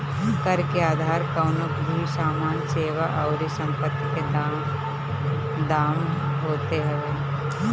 कर के आधार कवनो भी सामान, सेवा अउरी संपत्ति के दाम होत हवे